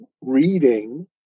reading